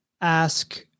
ask